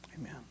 Amen